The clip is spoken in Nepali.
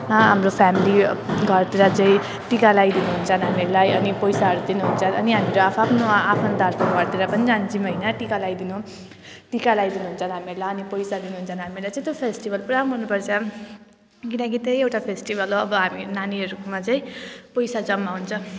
हाम्रो फ्यानिली अँ घरतिर चाहिँ टिका लगाइदिनु हुन्छ नानीहरूलाई अनि पैसाहरू दिनुहुन्छ अनि हामीहरू आफ्आफ्नो आफन्तहरूको घरतिर पनि जान्छौँ होइन टिका लगाइदिनु टिका लगाइदिनु हुन्छ अब हामीहरूलाई अनि पैसा दिनुहुन्छ अनि हामीहरूलाई चाहिँ त्यो फेस्टिबल पुरा मनपर्छ किनकि त्यही एउटा फेस्टिबल हो अब हामी नानीहरूमा चाहिँ पैसा जम्मा हुन्छ